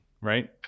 right